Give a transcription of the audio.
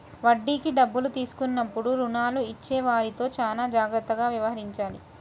వడ్డీకి డబ్బులు తీసుకున్నప్పుడు రుణాలు ఇచ్చేవారితో చానా జాగ్రత్తగా వ్యవహరించాలి